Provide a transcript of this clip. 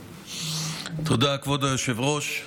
תודה, כבוד היושב-ראש.